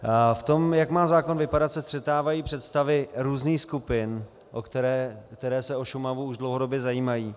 V tom, jak má zákon vypadat, se střetávají představy různých skupin, které se o Šumavu už dlouhodobě zajímají.